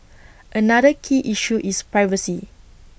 another key issue is privacy